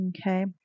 Okay